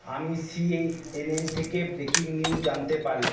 আমি সিএএনএন থেকে breaking news জানতে পারি